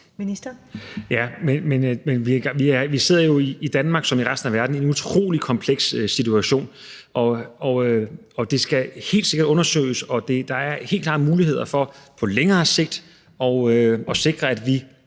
Heunicke): Men vi sidder jo i Danmark som i resten af verden i en utrolig kompleks situation. Det skal helt sikkert undersøges, og der er helt klart muligheder for på længere sigt at sikre, at vi